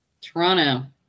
Toronto